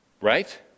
right